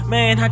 Man